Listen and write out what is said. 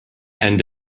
and